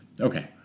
Okay